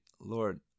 Lord